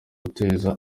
guteza